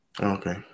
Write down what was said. Okay